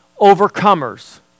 overcomers